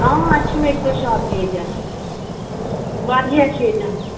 اَسہِ چھِ medical shop تہِ ییٚتٮ۪ن واریاہ چھِ ییٚتٮ۪ن